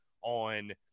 on